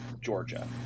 Georgia